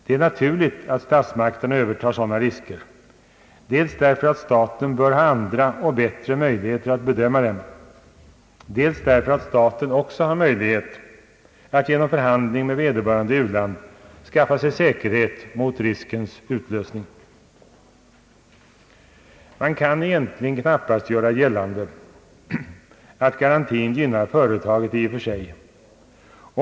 Det är naturligt att statsmakterna övertar sådana risker dels därför att staten bör ha andra och bättre möjligheter att bedöma dem, dels därför att staten också har möjlighet att genom förhandling med vederbörande u-land skaffa sig säkerhet mot riskens utlösning. Man kan egentligen knappast göra gällande att garantin gynnar företaget i och för sig.